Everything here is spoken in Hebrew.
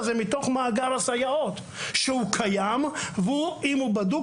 היא מתוך מאגר הסייעות שקיים ואם הוא בדוק,